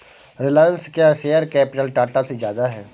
रिलायंस का share capital Tata से ज्यादा है